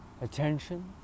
Attention